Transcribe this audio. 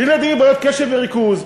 לילדים עם בעיות קשב וריכוז.